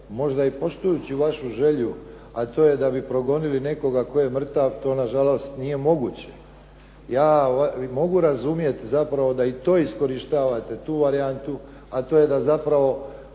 možda i poštujući vašu želju, a to je da bi progonili nekoga tko je mrtav, to na žalost nije moguće. Ja mogu razumjeti zapravo da i to iskorištavate, tu varijantu, a to je da zapravo